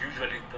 usually